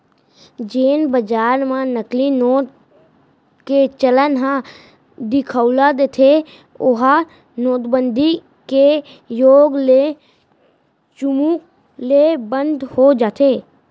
जेन बजार म नकली नोट के चलन ह दिखउल देथे ओहा नोटबंदी के होय ले चुमुक ले बंद हो जाथे